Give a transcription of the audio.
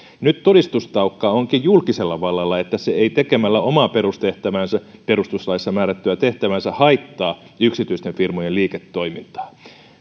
nyt todistustaakka onkin julkisella vallalla että se ei tekemällä omaa perustehtäväänsä perustuslaissa määrättyä tehtäväänsä haittaa yksityisten firmojen liiketoimintaa